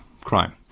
crime